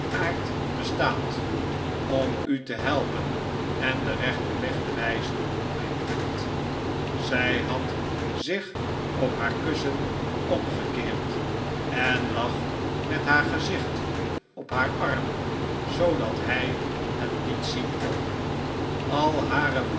om u te helpen en den rechten weg te wijzen mijn kind zij had zich op haar kussen omgekeerd en lag met haar gezicht op haar arm zbodat hij het niet zien kon al hare